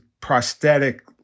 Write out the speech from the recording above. prosthetic